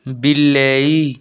ବିଲେଇ